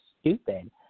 stupid